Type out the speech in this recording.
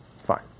Fine